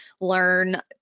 learn